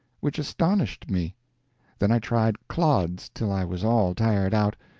which astonished me then i tried clods till i was all tired out,